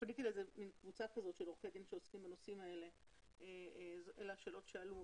פניתי לקבוצת עורכי דין שעוסקים בנושאים האלה ואלה השאלות שעלו.